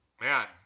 Man